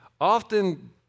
Often